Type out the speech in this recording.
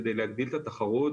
כדי להגדיל את התחרות